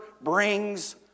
brings